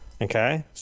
Okay